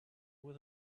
with